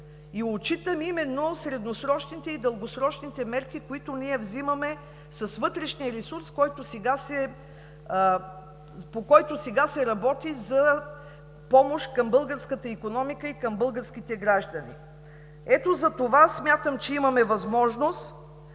Отчитам именно средносрочните и дългосрочните мерки, които ние взимаме, с вътрешния ресурс, по който сега се работи, за помощ към българската икономика и към българските граждани. Ето затова смятам, че имаме възможност